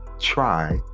try